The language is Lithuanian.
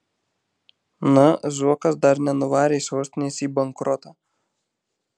na zuokas dar nenuvarė sostinės į bankrotą